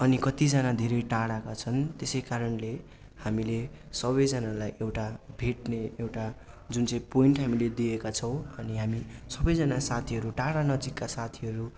अनि कतिजना धेरै टाढाका छन् त्यसै कारणले हामीले सबैजनालाई एउटा भेट्ने एउटा जुन चाहिँ पोइन्ट हामीले दिएका छौँ अनि हामी सबैजना साथीहरू टाढा नजिकका साथीहरू